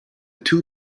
two